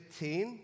15